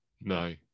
No